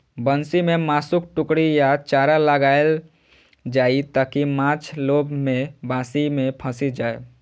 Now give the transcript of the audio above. बंसी मे मासुक टुकड़ी या चारा लगाएल जाइ, ताकि माछ लोभ मे बंसी मे फंसि जाए